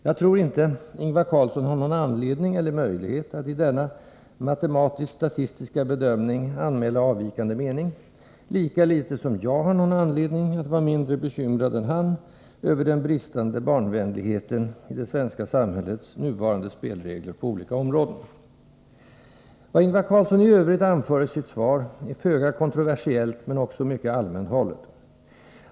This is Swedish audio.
Jag tror inte Ingvar Carlsson har någon anledning eller möjlighet att i denna matematiskt-statistiska bedömning anmäla avvikande mening -— lika litet som jag har någon anledning att vara mindre bekymrad än han över den bristande barnvänligheten i det svenska samhällets nuvarande spelregler på olika områden. Vad Ingvar Carlsson i övrigt anför i sitt svar är föga kontroversiellt men också mycket allmänt hållet.